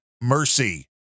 Mercy